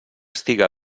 estiga